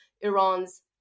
Iran's